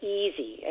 easy